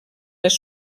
les